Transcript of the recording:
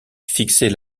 fixés